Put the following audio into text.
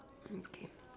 okay